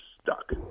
stuck